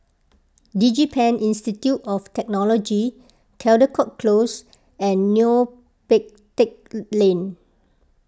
DigiPen Institute of Technology Caldecott Close and Neo Pee Teck Lane